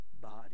body